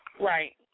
Right